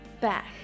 back